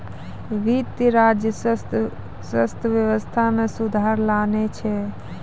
वित्त, राजस्व व्यवस्था मे सुधार लानै छै